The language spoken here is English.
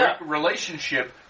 relationship